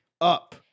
up